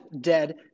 dead